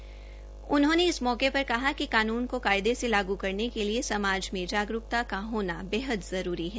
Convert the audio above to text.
ADGP Alok Rai ने इस मौके पर कहा कि कानून को कायदे से लागू करने के लिए समाज में जागरूकता का होना जरूरी है